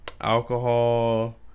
alcohol